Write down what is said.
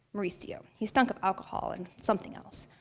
mauricio. he stunk of alcohol and something else.